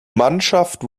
mannschaft